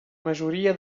majoria